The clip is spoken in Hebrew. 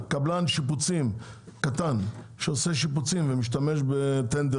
קבלן שיפוצים קטן שעושה שיפוצים ומשתמש בטנדר